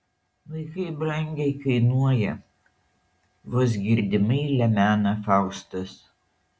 vaikai brangiai kainuoja vos girdimai lemena faustas